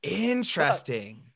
Interesting